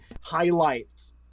highlights